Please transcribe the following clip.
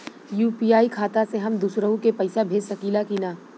UPI खाता से हम दुसरहु के पैसा भेज सकीला की ना?